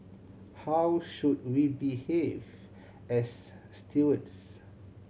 how should we behave as stewards